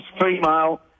female